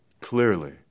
Clearly